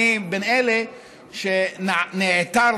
אני מאלה שנעתרו,